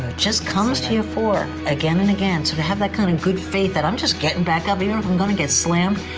just comes to your fore again and again. so to have that kind of good faith that i'm just getting back up even if i'm going to get slammed.